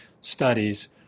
studies